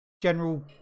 general